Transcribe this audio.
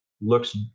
looks